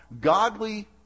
godly